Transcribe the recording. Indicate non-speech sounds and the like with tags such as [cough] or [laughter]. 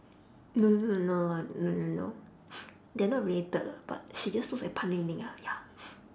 no no no no no lah no no no [breath] they're not related lah but she just looks like pan-ling-ling ah ya